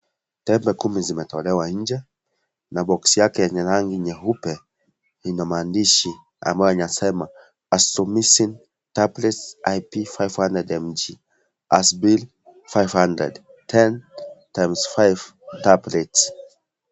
Tembe kumi zimetolewa nje na boksi yake yenye rangi nyeupe, ina maandishi ambayo inasema, Azithromycin Tablets IP 500mg, Azbil 500. 10*5 tablets .